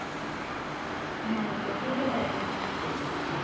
ᱦᱮᱸ ᱛᱚ ᱴᱷᱤᱠ ᱜᱮᱭᱟ ᱛᱟᱦᱚᱞᱮ